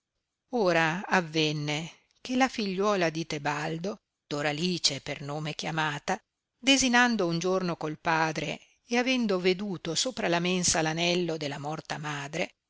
ora avenne che la figliuola di tebaldo doralice per nome chiamata desinando un giorno col padre e avendo veduto sopra la mensa l anello della morta madre